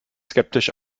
skeptisch